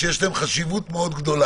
שיש להם חשיבות מאוד גדולה.